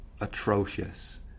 atrocious